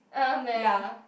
uh meh uh